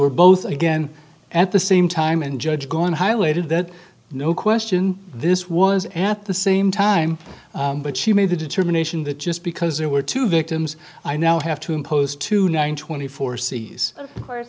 were both again at the same time and judge going highlighted that no question this was at the same time but she made the determination that just because there were two victims i now have to impose two nine twenty four